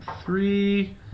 three